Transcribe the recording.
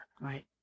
Right